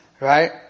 Right